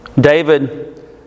David